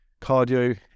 cardio